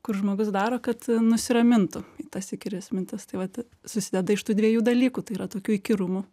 kur žmogus daro kad nusiramintų tas įkyrias mintis tai vat susideda iš tų dviejų dalykų tai yra tokių įkyrumų